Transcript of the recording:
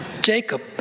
Jacob